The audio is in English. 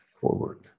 forward